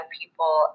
people